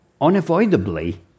unavoidably